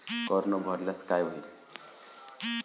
कर न भरल्यास काय होईल?